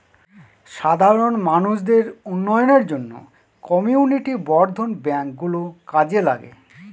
সাধারণ মানুষদের উন্নয়নের জন্য কমিউনিটি বর্ধন ব্যাঙ্ক গুলো কাজে লাগে